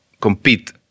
compete